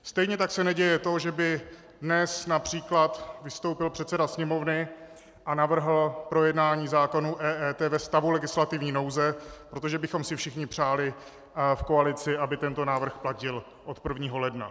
Stejně tak se neděje to, že by dnes například vystoupil předseda Sněmovny a navrhl projednání zákonů EET ve stavu legislativní nouze, protože bychom si všichni přáli v koalici, aby tento návrh platil od 1. ledna.